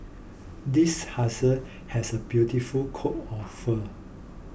this husky has a beautiful coat of fur